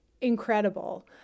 incredible